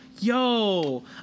Yo